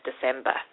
December